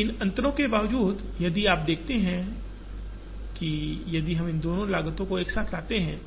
इन अंतरों के बावजूद यदि आप देखते हैं कि यदि हम इन दो लागतों को एक साथ लाते हैं